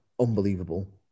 unbelievable